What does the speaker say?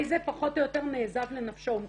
פחות או יותר נעזב לנפשו- - לא נכון,